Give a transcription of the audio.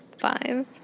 Five